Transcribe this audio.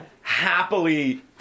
happily